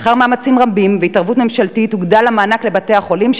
לאחר מאמצים רבים והתערבות ממשלתית הוגדל המענק לבתי-החולים,